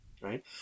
Right